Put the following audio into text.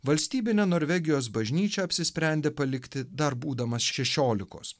valstybinę norvegijos bažnyčią apsisprendė palikti dar būdamas šešiolikos